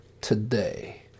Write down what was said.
today